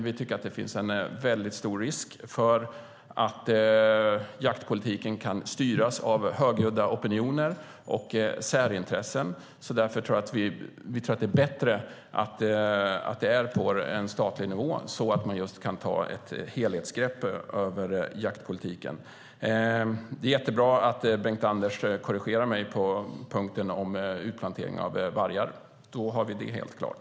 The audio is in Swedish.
Vi tycker att det finns en mycket stor risk för att jaktpolitiken kan styras av högljudda opinioner och särintressen. Därför tror vi att det är bättre att jaktpolitiken ligger på en statlig nivå så att man kan ta ett helhetsgrepp på jaktpolitiken. Det är jättebra att Bengt-Anders korrigerar mig på punkten om utplantering av vargar. Då har vi det helt klart.